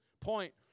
point